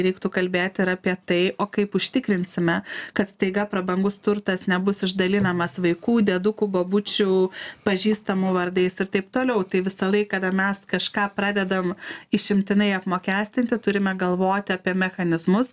reiktų kalbėti ir apie tai o kaip užtikrinsime kad staiga prabangus turtas nebus išdalinamas vaikų diedukų bobučių pažįstamų vardais ir taip toliau tai visąlaik kada mes kažką pradedam išimtinai apmokestinti turime galvoti apie mechanizmus